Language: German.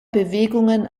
bewegungen